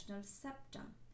septum